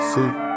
See